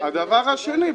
הדבר השני,